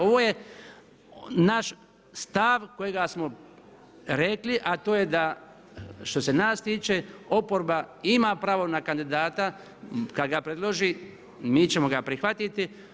Ovo je naš stav, kojega smo rekli, a to je da što se nas tiče, oporba ima pravo na kandidata, kad ga preloži, mi ćemo ga prihvatiti.